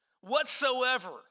whatsoever